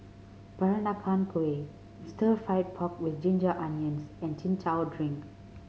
Peranakan Kueh Stir Fried Pork With Ginger Onions and Chin Chow drink